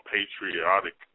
Patriotic